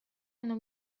hanno